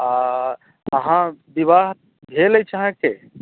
आ अहाँ विवाह भेल अछि अहाॅंके